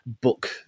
book